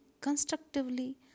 constructively